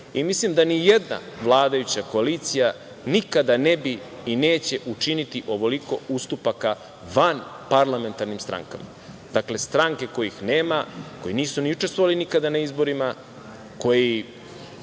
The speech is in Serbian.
Mislim da ni jedna vladajuća koalicija nikada ne bi i neće učiniti ovoliko ustupaka vanparlamentarnim strankama. Dakle, stranke kojih nema, koje nisu ni učestvovale nikada na izborima, koje